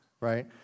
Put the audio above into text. right